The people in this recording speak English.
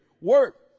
work